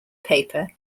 paper